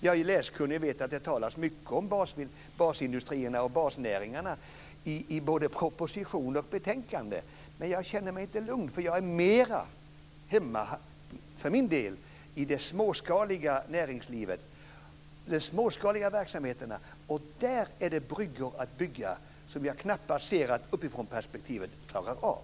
Jag är läskunnig och vet att det talas mycket om basindustrierna och basnäringarna i både proposition och betänkande, men jag känner mig inte lugn, för jag för min del är mera hemma i det småskaliga näringslivet och de småskaliga verksamheterna, och där är det bryggor att bygga som jag knappast ser att man med ovanifrånperspektivet klarar av.